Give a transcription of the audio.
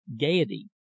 gaiety